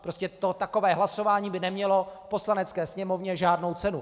Prostě takové hlasování by nemělo v Poslanecké sněmovně žádnou cenu.